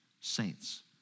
saints